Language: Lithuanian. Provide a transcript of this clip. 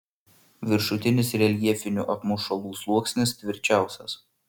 viršutinis reljefinių apmušalų sluoksnis tvirčiausias